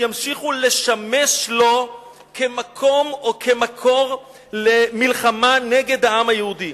ימשיכו לשמש לו כמקום או כמקור למלחמה נגד העם היהודי.